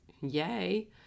Yay